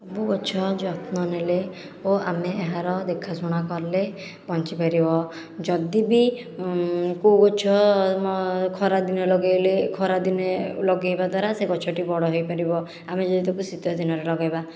ସବୁ ଗଛ ଯତ୍ନ ନେଲେ ଓ ଆମେ ଏହାର ଦେଖା ଶୁଣା କଲେ ବଞ୍ଚିପାରିବ ଯଦି ବି କେଉଁ ଗଛ ଖରାଦିନେ ଲଗେଇଲେ ଖରା ଦିନେ ଲଗେଇବା ଦ୍ଵାରା ସେ ଗଛଟି ବଡ଼ ହୋଇପାରିବ ଆମେ ଯଦି ତାକୁ ଶୀତ ଦିନରେ ଲଗେଇବା